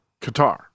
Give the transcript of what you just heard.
Qatar